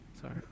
sorry